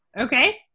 Okay